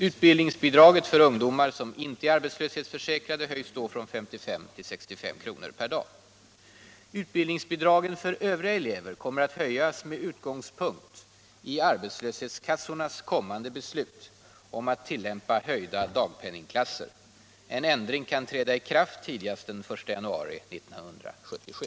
Utbildningsbidraget för ungdomar som inte är arbetslöshetsförsäkrade höjs då från 55 till 65 kr. per dag. Utbildningsbidragen för övriga elever kommer att höjas med utgångspunkt i arbetslöshetskassornas kommande beslut om att tillämpa höjda dagpenningklasser. En ändring kan träda i kraft tidigast den 1 januari 1977.